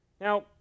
Now